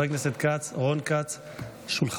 תודה